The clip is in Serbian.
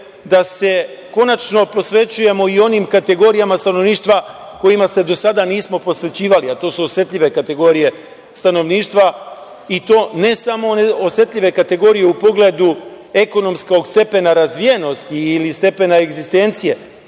da se konačno posvećujemo i onim kategorijama stanovništva kojima se do sada nismo posvećivali, a to su osetljive kategorije stanovništva i to ne samo one osetljive kategorije u pogledu ekonomskog stepena razvijenosti ili stepena egzistencije,